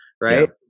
right